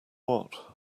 what